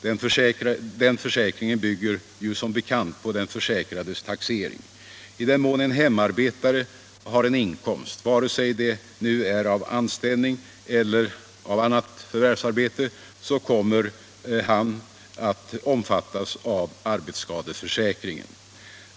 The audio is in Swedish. Den försäkringen bygger som bekant på den försäkrades taxering. I den mån en hemarbetare har en inkomst, vare sig det nu är anställning eller av annat förvärvsarbete, så kommer han eller hon att omfattas av arbetsskadeförsäkringen.